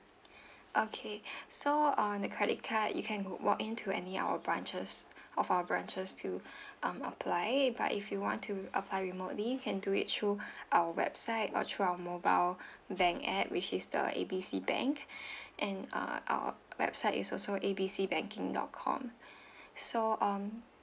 okay so on the credit card you can go walk in to any our branches of our branches to um apply but if you want to apply remotely you can do it through our website or through our mobile bank app which is the A B C bank and uh our website is also A B C banking dot com so um